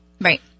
Right